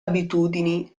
abitudini